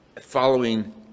following